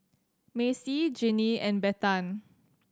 Macey Jinnie and Bethann